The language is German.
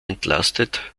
entlastet